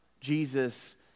Jesus